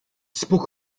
spoke